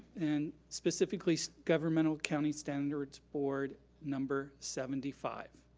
and specifically governmental county standards board number seventy five.